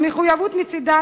המחויבת, מצדה,